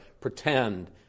pretend